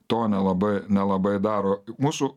to nelabai nelabai daro mūsų